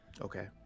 Okay